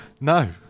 no